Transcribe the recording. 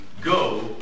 Go